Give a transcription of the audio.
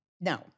no